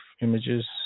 images